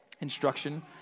Instruction